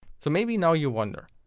so maybe now you wonder,